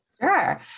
Sure